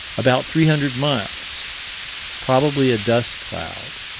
about three hundred miles probably a dust cloud.